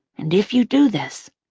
and if you do this,